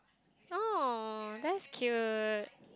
oh that's cute